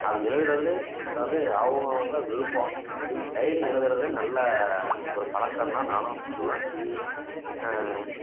அது எழுதுகிறதுன்றது அவுங்கவங்க விருப்பம் டைரி எழுதுகிறது நல்ல ஒரு பழக்கம் தான் நானும் சொல்லுவேன்